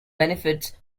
benefits